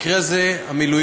במקרה הזה המילואימניקים,